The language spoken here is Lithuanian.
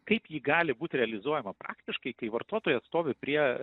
kaip ji gali būt realizuojama praktiškai kai vartotojas stovi prie